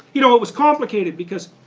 you know it was complicated because